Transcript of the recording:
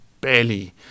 barely